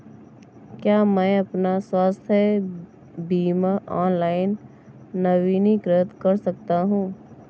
क्या मैं अपना स्वास्थ्य बीमा ऑनलाइन नवीनीकृत कर सकता हूँ?